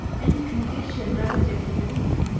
any condition relative to belief,